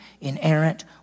inerrant